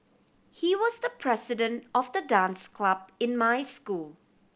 he was the president of the dance club in my school